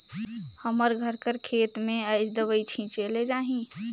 हमर घर कर खेत में आएज दवई छींचे ले जाही